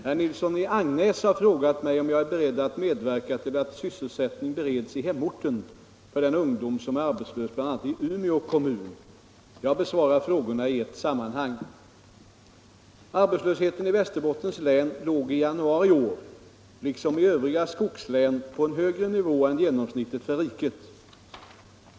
Herr Nilsson i Agnäs har frågat mig om jag är beredd att medverka till att sysselsättning bereds i hemorten för den ungdom som är arbetslös Nr 27 bl.a. i Ume kommöän; Jag besvarar frågorna Fett sammanhang; | Torsdagen den Arbetslösheten i ästerbottens län låg i januari i år, liksom i övriga 27februari 1975 skogslän, på en högre nivå än genomsnittet för riket.